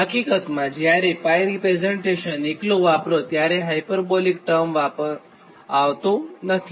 હકીકતમાં જ્યારે 𝜋 રીપ્રેઝન્ટેશન એકલું વાપરોત્યારે હાયપરબોલિક ટર્મ આવતું નથી